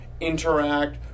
interact